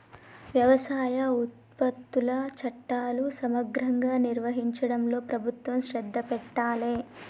వ్యవసాయ ఉత్పత్తుల చట్టాలు సమగ్రంగా నిర్వహించడంలో ప్రభుత్వం శ్రద్ధ పెట్టాలె